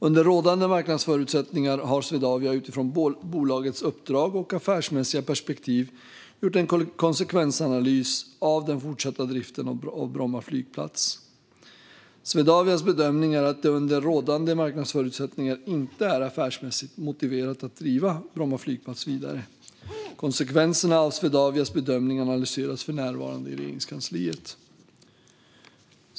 Under rådande marknadsförutsättningar har Swedavia utifrån bolagets uppdrag och affärsmässiga perspektiv gjort en konsekvensanalys av den fortsatta driften av Bromma flygplats. Swedavias bedömning är att det under rådande marknadsförutsättningar inte är affärsmässigt motiverat att driva Bromma flygplats vidare. Konsekvenserna av Swedavias bedömning analyseras för närvarande i Regeringskansliet.